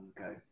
Okay